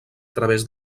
través